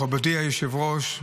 מכובדי היושב-ראש,